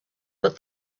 but